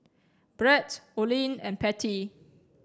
Brett Oline and Pattie